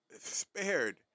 Spared